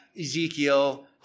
Ezekiel